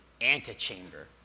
antechamber